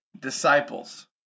disciples